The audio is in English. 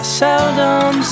seldom